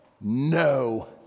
no